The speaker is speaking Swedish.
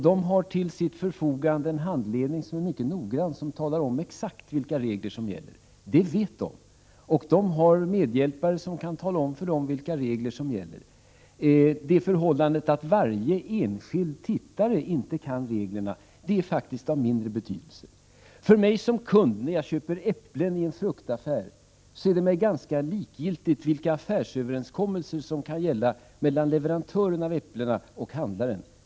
De har till sitt förfogande en mycket noggrann handledning, som talar om exakt vilka regler som gäller. De har också medhjälpare som kan tala om för dem vilka regler som gäller, så det vet de. Det förhållandet att varje enskild tittare inte kan reglerna är faktiskt av mindre betydelse. För mig som kund när jag köper äpplen i en fruktaffär är det ganska likgiltigt vilka affärsöverenskommelser som kan gälla mellan leverantören av äpplena och handlaren.